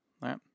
right